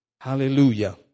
Hallelujah